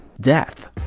death